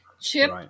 Chip